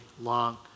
long